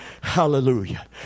Hallelujah